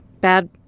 Bad